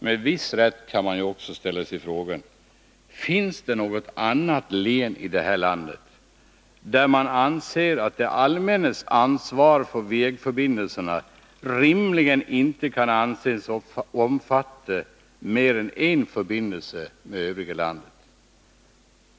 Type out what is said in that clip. Med viss rätt kan man ställa frågan: Finns det något annat län i detta land, där det anses att det allmännas ansvar för vägförbindelser rimligen inte bör omfatta mer än en förbindelse med övriga landet?